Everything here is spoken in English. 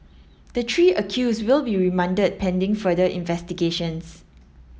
the three accused will be remanded pending further investigations